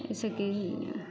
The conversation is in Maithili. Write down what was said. एहि से की होइए